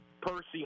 Percy